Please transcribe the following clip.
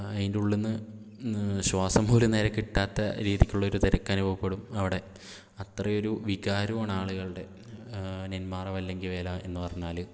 ആതിൻ്റെയുള്ളിൽനിന്ന് ശ്വാസം പോലും നേരെ കിട്ടാത്ത രീതിക്കുള്ളൊരു തിരക്കനുഭവപ്പെടും അവിടെ അത്രയുമൊരു വികാരമാണാളുകളുടെ നെന്മാറ വല്ലങ്കി വേല എന്ന് പറഞ്ഞാൽ